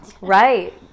Right